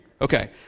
Okay